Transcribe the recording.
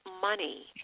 money